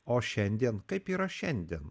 o šiandien kaip yra šiandien